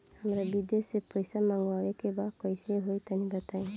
हमरा विदेश से पईसा मंगावे के बा कइसे होई तनि बताई?